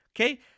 okay